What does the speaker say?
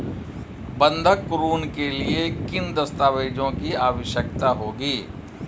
बंधक ऋण के लिए किन दस्तावेज़ों की आवश्यकता होगी?